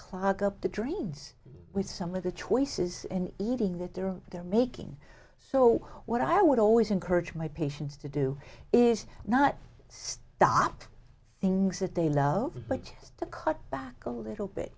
clog up the drains with some of the choices in eating that they're they're making so what i would always encourage my patients to do is not stop things that they love but to cut back a little bit